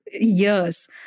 years